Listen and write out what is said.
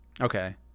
Okay